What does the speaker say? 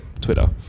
Twitter